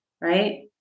right